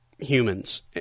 humans